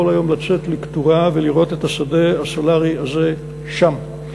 יכול היום לצאת לקטורה ולראות את השדה הסולרי הזה שם.